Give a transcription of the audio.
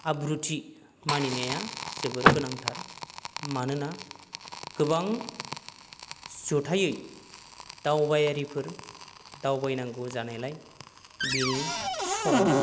आब्रुथि मानिनाया जोबोर गोनांथार मानोना गोबां जथायै दावबायारिफोर दावबायनांगौ जानायलाय बेनि सम